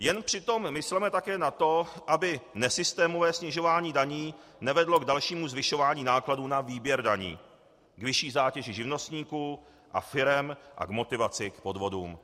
Jen přitom mysleme také na to, aby nesystémové snižování daní nevedlo k dalšímu zvyšování nákladů na výběr daní, k vyšší zátěži živnostníků a firem a k motivaci k podvodům.